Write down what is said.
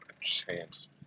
chance